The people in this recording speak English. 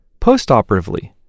Postoperatively